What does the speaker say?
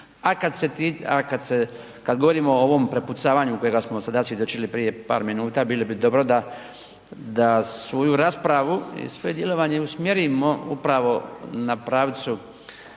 u RH. A kad govorimo o ovom prepucavanju kojega smo sada svjedočili prije par minuta, bilo bi dobro da svoju raspravu i svoje djelovanje usmjerimo upravo na pravcu